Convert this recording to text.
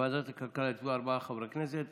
בוועדת הכלכלה הצביעו ארבעה חברי כנסת,